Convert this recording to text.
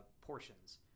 portions